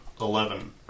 eleven